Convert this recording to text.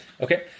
Okay